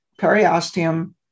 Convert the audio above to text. periosteum